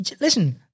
Listen